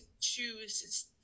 choose